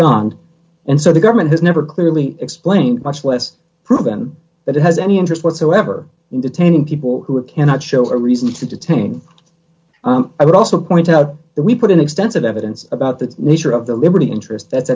abscond and so the government has never clearly explained much less proven that it has any interest whatsoever in detaining people who cannot show a reason to detain i would also point out that we put in extensive evidence about the nature of the liberty interest